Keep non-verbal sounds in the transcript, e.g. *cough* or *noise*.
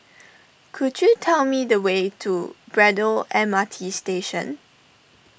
*noise* could you tell me the way to Braddell M R T Station